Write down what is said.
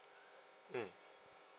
mm